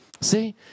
See